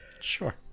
Sure